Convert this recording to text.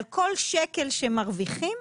על כל שקל שמרוויחים,